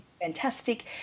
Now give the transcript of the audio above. Fantastic